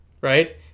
right